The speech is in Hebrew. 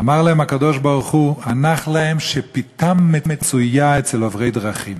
אמר להם הקדוש-ברוך-הוא: הנח להם שפִתם מצויה אצל עוברי דרכים.